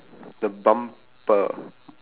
the bumper